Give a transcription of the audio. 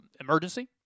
emergency